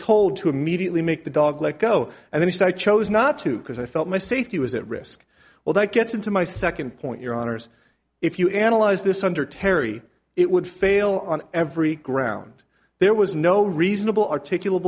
told to immediately make the dog let go and then he said chose not to because i felt my safety was at risk well that gets into my second point your honour's if you analyze this under terry it would fail on every ground there was no reasonable articula